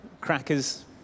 crackers